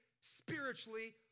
spiritually